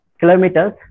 kilometers